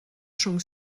rhwng